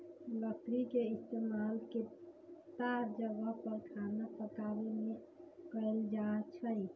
लकरी के इस्तेमाल केतता जगह पर खाना पकावे मे कएल जाई छई